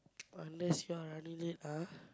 unless you are running late ah